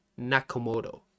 Nakamoto